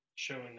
showing